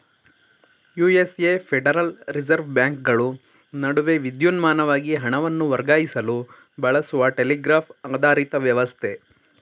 USA federal reserve ಬ್ಯಾಂಕ್ಗಳು ನಡುವೆ ವಿದ್ಯುನ್ಮಾನವಾಗಿ ಹಣವನ್ನು ವರ್ಗಾಯಿಸಲು ಬಳಸುವ ಟೆಲಿಗ್ರಾಫ್ ಆಧಾರಿತ ವ್ಯವಸ್ಥೆ